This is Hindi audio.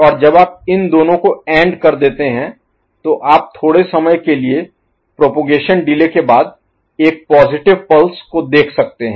और जब आप इन दोनों को एंड कर देते हैं तो आप थोड़े समय के लिए प्रोपगेशन डिले Propagation Delay प्रचार देरी के बाद एक पॉजिटिव पल्स को देख सकते हैं